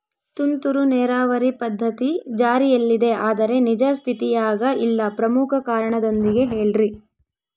ತುಂತುರು ನೇರಾವರಿ ಪದ್ಧತಿ ಜಾರಿಯಲ್ಲಿದೆ ಆದರೆ ನಿಜ ಸ್ಥಿತಿಯಾಗ ಇಲ್ಲ ಪ್ರಮುಖ ಕಾರಣದೊಂದಿಗೆ ಹೇಳ್ರಿ?